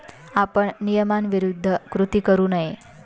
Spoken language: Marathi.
आपण नियमाविरुद्ध कृती करू नये